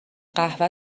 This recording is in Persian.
قهوه